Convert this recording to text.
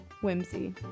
Whimsy